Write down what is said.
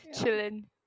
chilling